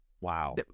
Wow